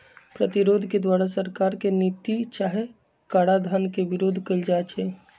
प्रतिरोध के द्वारा सरकार के नीति चाहे कराधान के विरोध कएल जाइ छइ